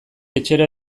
etxera